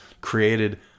created